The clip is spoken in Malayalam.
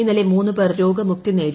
ഇന്നലെ മൂന്ന് പേർ രോഗ മുക്തി നേടി